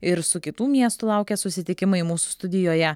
ir su kitų miestų laukia susitikimai mūsų studijoje